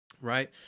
right